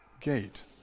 gate